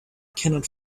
cannot